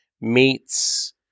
meets